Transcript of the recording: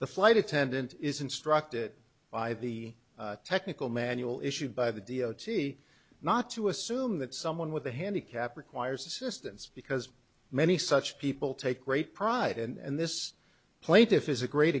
the flight attendant is instructed by the technical manual issued by the d o t not to assume that someone with a handicap requires assistance because many such people take great pride and this plaintiff is a great